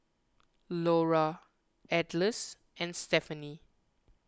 Laura Atlas and Stephany